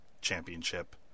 Championship